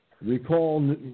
recall